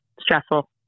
stressful